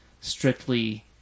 strictly